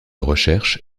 recherche